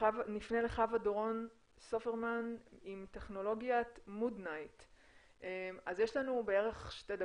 נפנה לחוה דורון סופרמן עם טכנולוגיית MOODNIGHT. יש לך שתי דקות,